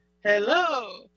Hello